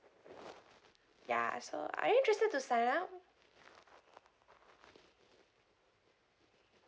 ya so are you interested to sign up